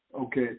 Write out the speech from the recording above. Okay